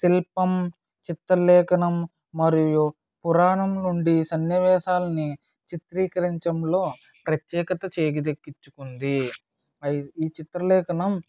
శిల్పం చిత్రలేఖనం మరియు పురాణం నుండి సన్నివేశాలని చిత్రీకరించంలో ప్రత్యేకత చేజిక్కించుకుంది అవి ఈ చిత్రలేఖనం